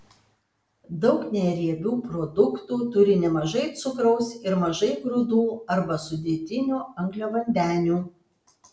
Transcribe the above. daug neriebių produktų turi nemažai cukraus ir mažai grūdų arba sudėtinių angliavandenių